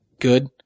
good